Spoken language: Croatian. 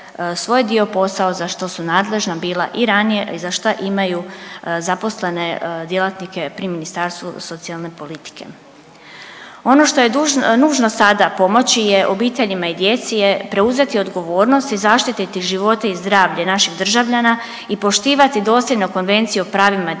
svoj dio posao za što su nadležna bila i ranije i za šta imaju zaposlene djelatnike pri Ministarstvu socijalne politike. Ono što je nužno sada pomoći je obiteljima i djeci je preuzeti odgovornost i zaštititi živote i zdravlje naših državljana i poštivati dosljedno Konvenciju o pravima djeteta